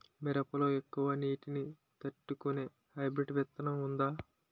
మిరప లో ఎక్కువ నీటి ని తట్టుకునే హైబ్రిడ్ విత్తనం వుందా?